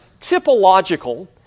typological